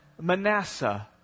Manasseh